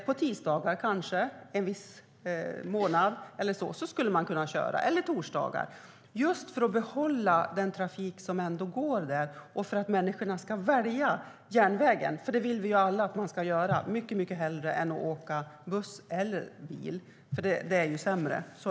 Man skulle kunna köra på tisdagar eller på torsdagar en viss månad för att behålla den trafik som går där och för att människor ska välja järnvägen. Det vill vi alla att de ska göra, mycket hellre än att de åker buss eller bil, för det är sämre.